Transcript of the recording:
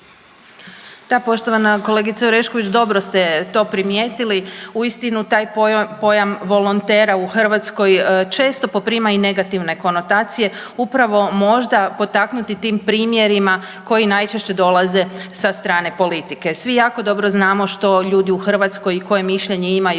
Da, poštovana kolegice Orešković, dobro ste to primijetili. Uistinu, taj pojam volontera u Hrvatskoj često poprima i negativne konotacije, upravo možda potaknuti tim primjerima koji najčešće dolaze sa strane politike. Svi jako dobro znamo što ljudi u Hrvatskoj i koje mišljenje imaju